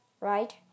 right